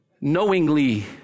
knowingly